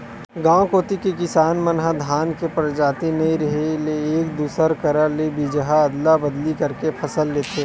गांव कोती के किसान मन ह धान के परजाति नइ रेहे ले एक दूसर करा ले बीजहा अदला बदली करके के फसल लेथे